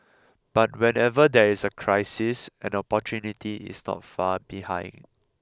but whenever there is a crisis an opportunity is not far behind